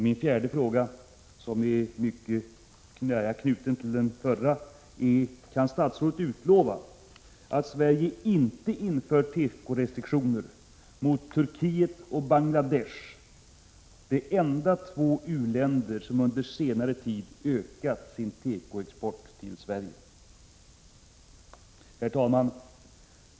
Min fjärde fråga, som är mycket nära knuten till den förra, är: Kan statsrådet utlova att Sverige inte inför tekorestriktioner mot Turkiet och Bangladesh — de enda två u-länder som under senare tid ökat sin tekoexport till Sverige? Herr talman!